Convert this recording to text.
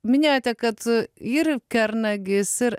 minėjote kad ir kernagis ir